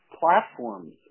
platforms